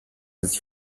sich